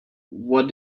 what